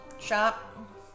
shop